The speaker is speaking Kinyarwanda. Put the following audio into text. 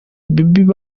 baby